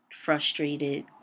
Frustrated